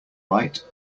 right